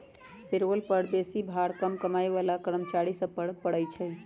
payroll कर बेशी भार कम कमाइ बला कर्मचारि सभ पर पड़इ छै